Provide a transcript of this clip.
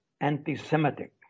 anti-Semitic